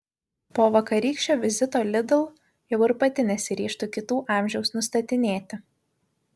po vakarykščio vizito lidl jau ir pati nesiryžtu kitų amžiaus nustatinėti